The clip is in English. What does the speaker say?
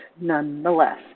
nonetheless